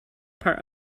part